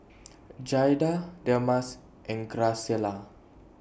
Jaeda Delmas and Graciela